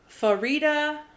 Farida